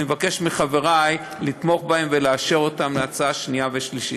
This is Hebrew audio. אני מבקש מחברי לתמוך בה ולאשר אותה בקריאה שנייה ושלישית.